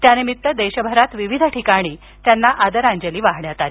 त्यानिमित्त देशभरात विविध ठिकाणी त्यांना आदरांजली वाहण्यात आली